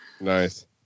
nice